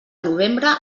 novembre